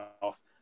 off